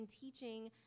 teaching